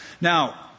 Now